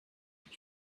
your